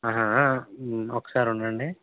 ఆహా ఒకసారి ఉండండి